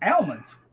Almonds